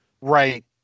Right